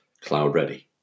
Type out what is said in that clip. cloud-ready